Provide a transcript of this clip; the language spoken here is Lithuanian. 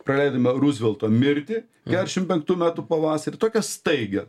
praleidome ruzvelto mirtį keturiasdešimt penktų metų pavasarį tokią staigią